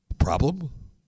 problem